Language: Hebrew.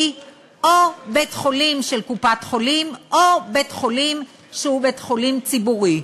או בית-חולים של קופת-חולים או בית-חולים ציבורי.